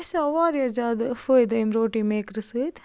اَسہِ آو واریاہ زیادٕ فٲیدٕ امہِ روٹی میکرٕ سۭتۍ